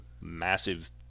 massive